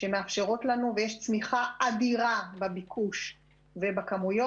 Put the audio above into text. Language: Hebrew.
יש צמיחה אדירה בביקוש ובכמויות.